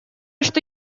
что